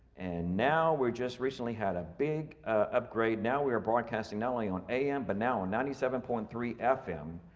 and now we just recently had a big upgrade. now we are broadcasting not only on am but now on ninety seven point three fm,